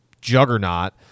juggernaut